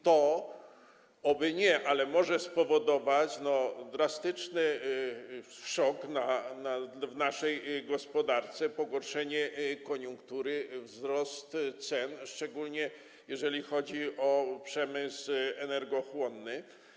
To - oby nie - może spowodować drastyczny szok dla naszej gospodarki, pogorszenie koniunktury, wzrost cen, szczególnie jeżeli chodzi o przemysł energochłonny.